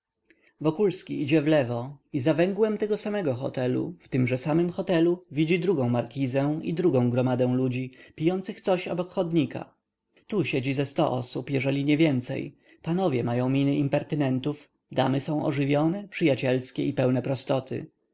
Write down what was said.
ubrane wokulski idzie wlewo i za węgłem tego samego hotelu w tymże samym hotelu widzi drugą markizę i drugą gromadę ludzi pijących coś obok chodnika tu siedzi ze sto osób jeżeli niewięcej panowie mają miny impertynentów damy są ożywione przyjacielskie i pełne prostoty